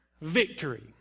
victory